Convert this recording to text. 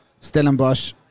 Stellenbosch